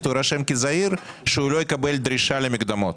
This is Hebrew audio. הוא יירשם כזעיר שהוא לא יקבל דרישה למקדמות,